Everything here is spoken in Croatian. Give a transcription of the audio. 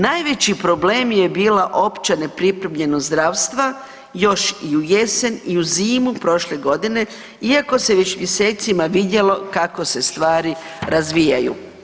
Najveći problem je bila opća nepripremljenost zdravstva, još i u jesen i u zimu prošle godine iako se već mjesecima vidjelo kako se stvari razvijaju.